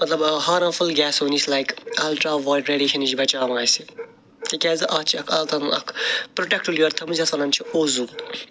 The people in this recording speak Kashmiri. مطلب ہارمفُل گٮ۪سو نِش لایِک الٹرٛا وَے رٮ۪ڈیشن نِش بچاوان اَسہِ تِکیٛازِ اتھ چھِ اکھ پرٛوٹٮ۪کٹ لِیَر تھٲمٕژ یَس وَنان چھِ اوزوٗن